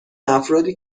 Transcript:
افرادی